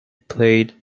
played